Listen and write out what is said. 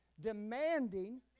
demanding